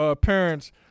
parents